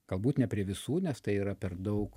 galbūt ne prie visų nes tai yra per daug